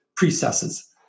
precesses